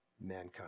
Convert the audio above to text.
mankind